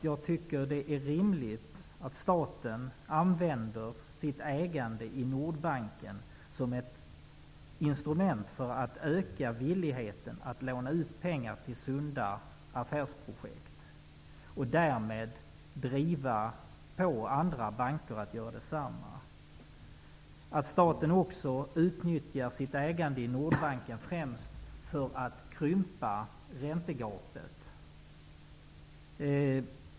Jag tycker att det är rimligt att staten använder sitt ägande i Nordbanken som ett instrument att öka villigheten att låna ut pengar till sunda affärsprojekt och därmed driva på andra banker att göra detsamma. Staten skall också utnyttja sitt ägande i Nordbanken främst för att krympa räntegapet.